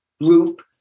group